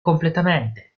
completamente